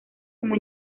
como